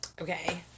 Okay